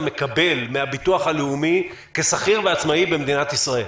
מקבל מהביטוח הלאומי כשכיר ועצמאי במדינת ישראל.